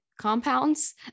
compounds